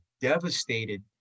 devastated